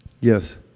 yes